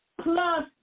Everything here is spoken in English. plus